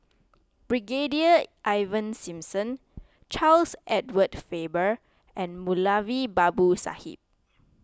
Brigadier Ivan Simson Charles Edward Faber and Moulavi Babu Sahib